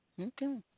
Okay